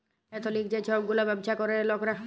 এথলিক যে ছব গুলা ব্যাবছা ক্যরে লকরা